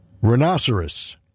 Rhinoceros